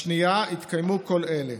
2. "התקיימו כל אלה: